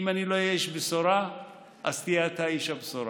אם אני לא אהיה איש בשורה אז תהיה אתה איש הבשורה.